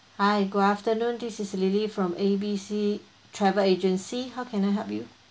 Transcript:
hi good afternoon this lily from A B C travel agency how can I help you